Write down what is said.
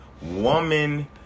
woman